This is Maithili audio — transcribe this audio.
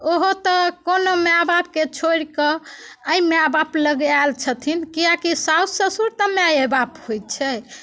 ओहो तऽ कोनो माय बापके छोड़ि कऽ एहि माय बाप लग आयल छथिन कियाकि सासु ससुर तऽ माइए बाप होइत छै